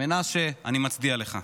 מנשה, אני מצדיע לך.